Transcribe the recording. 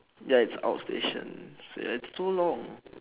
ya it's outstation so ya it's so long